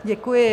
Děkuji.